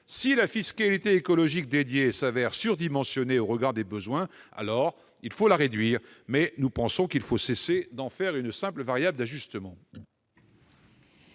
Si la fiscalité écologique dédiée se révèle surdimensionnée au regard des besoins, il faut la réduire. En tout cas, il faut cesser d'en faire une simple variable d'ajustement.